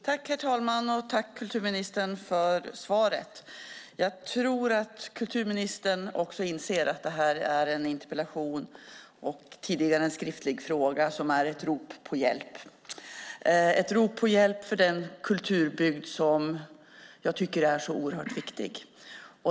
Herr talman! Jag tackar kulturministern för svaret. Jag tror att kulturministern inser att detta är en interpellation, och tidigare också en skriftlig fråga, som är ett rop på hjälp. Det är ett rop på hjälp för den kulturbygd som jag tycker är så oerhört viktig.